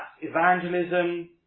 evangelism